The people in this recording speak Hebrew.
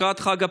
לקראת חג הפסח,